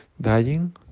dying